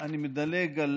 אני מדלג על